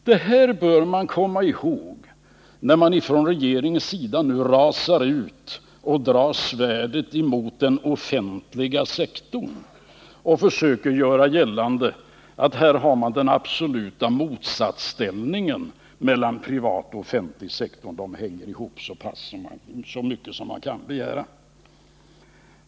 Detta bör man komma ihåg, när man från regeringens sida nu rasar ut och drar svärdet mot den offentliga sektorn och försöker göra gällande att det är en absolut motsatsställning mellan den privata och den offentliga sektorn. De hänger ihop så mycket som man kan begära.